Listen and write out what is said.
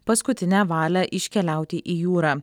paskutinę valią iškeliauti į jūrą